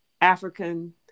African